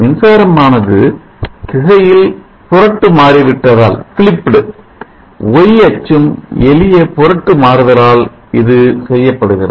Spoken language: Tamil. மின்சாரமானது திசையில் புரட்டுமாறிவிட்டதால் Y ஒய் அச்சும் எளிய புரட்டுமாறுதலால் இது செய்யப்படுகிறது